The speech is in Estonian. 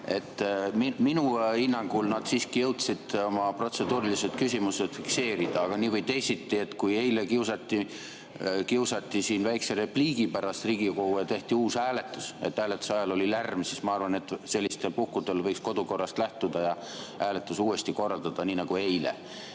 Minu hinnangul nad jõudsid oma protseduurilised küsimused fikseerida. Aga nii või teisiti, kui eile kiusati siin väikse repliigi pärast Riigikogu, tehti uus hääletus, sest hääletamise ajal oli lärm, siis ma arvan, et sellistel puhkudel võiks kodukorrast lähtuda ja hääletuse uuesti korraldada, nii nagu eile.